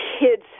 kids